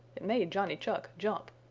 it made johnny chuck jump.